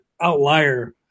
outlier